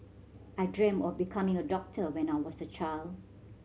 I dreamt of becoming a doctor when I was a child